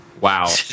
Wow